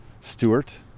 Stewart